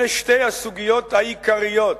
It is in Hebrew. אלה שתי הסוגיות העיקריות,